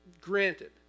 granted